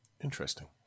interesting